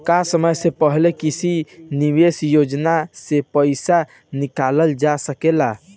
का समय से पहले किसी निवेश योजना से र्पइसा निकालल जा सकेला?